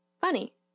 Funny